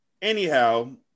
Anyhow